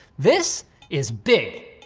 this is big.